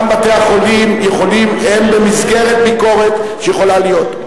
גם בתי-החולים הם במסגרת ביקורת שיכולה להיות.